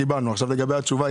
תשובה כבר?